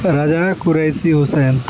رضا Qureshi حسین